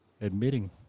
admitting